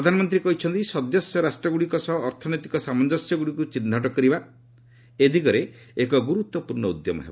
ପ୍ରଧାନମନ୍ତ୍ରୀ କହିଛନ୍ତି ସଦସ୍ୟ ରାଷ୍ଟ୍ରଗୁଡ଼ିକ ସହ ଅର୍ଥନୈତିକ ସାମଞ୍ଜସ୍ୟଗୁଡ଼ିକୁ ଚିହ୍ନଟ କରିବା ଏ ଦିଗରେ ଏକ ଗୁରୁତ୍ୱପୂର୍ଣ୍ଣ ଉଦ୍ୟମ ହେବ